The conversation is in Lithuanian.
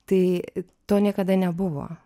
tai to niekada nebuvo